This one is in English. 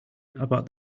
about